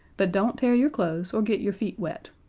but don't tear your clothes or get your feet wet.